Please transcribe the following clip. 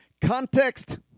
Context